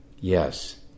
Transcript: yes